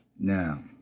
Now